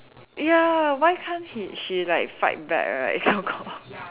ya why can't he she like fight back right so called